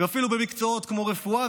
ואפילו במקצועות כמו רפואה,